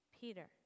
Peter